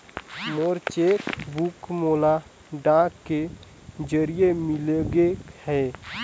मोर cheque book मोला डाक के जरिए मिलगे हे